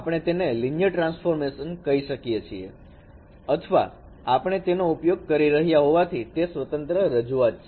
આપણે તેને linear transform કહીએ છીએ અથવા આપણે તેનો ઉપયોગ કરી રહ્યા હોવાથી તે સ્વતંત્ર રજૂઆત છે